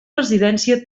residència